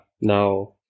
now